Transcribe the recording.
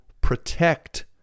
protect